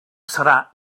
serà